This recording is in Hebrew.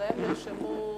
ואחריהם נרשמו,